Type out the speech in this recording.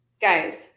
guys